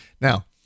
Now